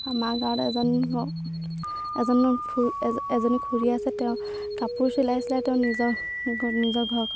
আমাৰ গাঁৱত এজন এজন এজনী খুৰী আছে তেওঁ কাপোৰ চিলাই চিলাই তেওঁ নিজৰ নিজৰ ঘৰ